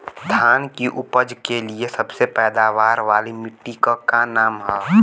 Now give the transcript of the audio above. धान की उपज के लिए सबसे पैदावार वाली मिट्टी क का नाम ह?